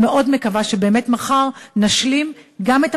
אני מאוד מקווה שבאמת מחר נשלים גם את